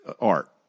art